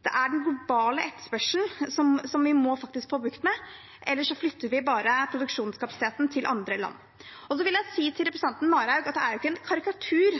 Det er den globale etterspørselen vi må få bukt med, ellers flytter vi bare produksjonskapasiteten til andre land. Til representanten Marhaug vil jeg si at det er ikke en karikatur